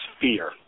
fear